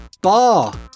bar